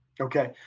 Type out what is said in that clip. Okay